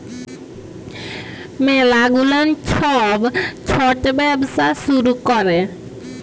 ম্যালা গুলান ছব ছট ব্যবসা শুরু ক্যরে